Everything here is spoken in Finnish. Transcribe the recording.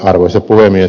arvoisa puhemies